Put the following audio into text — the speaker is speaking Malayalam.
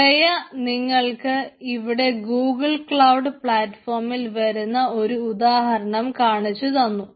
ശ്രേയ നിങ്ങൾക്ക് ഇവിടെ ഗൂഗിൾ ക്ലൌഡ് പ്ലാറ്റ്ഫോമിൽ വരുന്ന ഒരു ഉദാഹരണം കാണിച്ചുതന്നു